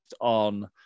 on